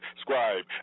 scribe